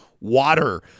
water